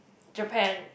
Japan